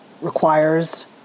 requires